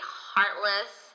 heartless